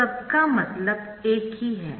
सबका मतलब एक ही है